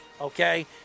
okay